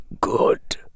good